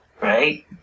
Right